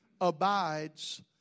abides